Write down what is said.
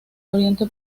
oriente